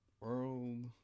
World